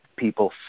People